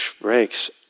breaks